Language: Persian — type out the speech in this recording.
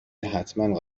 حتما